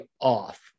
off